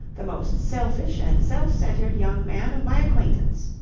the most selfish and self-centred young man of my acquaintance.